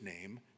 name